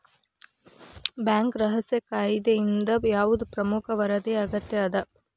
Bank ರಹಸ್ಯ ಕಾಯಿದೆಯಿಂದ ಯಾವ್ದ್ ಪ್ರಮುಖ ವರದಿ ಅಗತ್ಯ ಅದ?